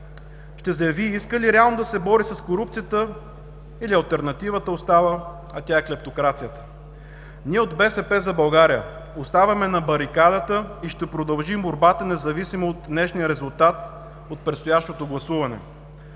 ще заяви иска ли реално да се бори с корупцията или алтернативата остава, а тя е клептокрацията. Ние от „БСП за България“ оставаме на барикадата и ще продължим борбата, независимо от днешния резултат от предстоящото гласуване.